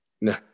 no